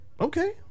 Okay